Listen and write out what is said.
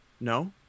No